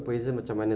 ini tak boleh lah